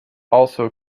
also